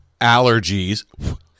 allergies